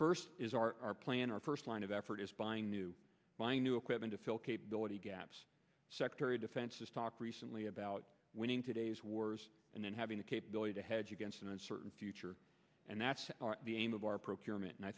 first is our plan our first line of effort is buying new buying new equipment to fill capability gaps secretary defenses talk recently about winning today's wars and then having the capability to hedge against an uncertain future and that's the aim of our procurement and i